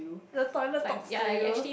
the toilet talks to you